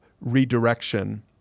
redirection